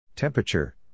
Temperature